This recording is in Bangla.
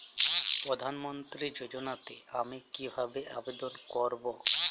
প্রধান মন্ত্রী যোজনাতে আমি কিভাবে আবেদন করবো?